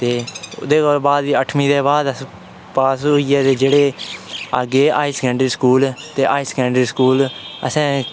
ते ओह्दे कोला बाद भी अठमीं दे बाद अस पास होइयै जेह्ड़े अग्गें हाई सेकेंडरी स्कूल ते हाई सेकेंडरी स्कूल असें